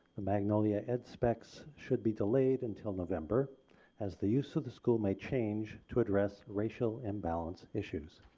the magnolia ed specs should be delayed until november as the use of the school may change to address racial imbalance issues.